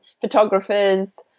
photographers